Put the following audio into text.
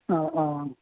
ആ ആ